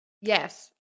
yes